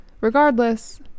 Regardless